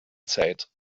zeit